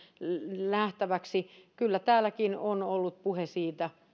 nähtäväksi kyllä täälläkin on ollut puhe siitä